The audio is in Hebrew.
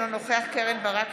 אינו נוכח קרן ברק,